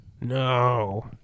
No